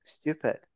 stupid